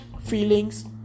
feelings